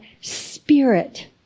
spirit